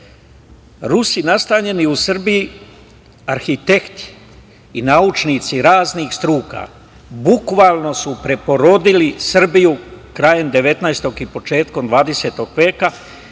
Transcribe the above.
nastanjeni u Srbiji, arhitekte i naučnici raznih struka bukvalno su preporodili Srbiju krajem 19. i početkom 20. veka